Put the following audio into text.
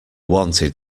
wanted